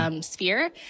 sphere